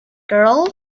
girl